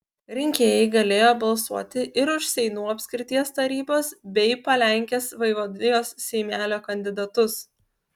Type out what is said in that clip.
rinkėjai galėjo balsuoti ir už seinų apskrities tarybos bei palenkės vaivadijos seimelio kandidatus